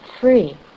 free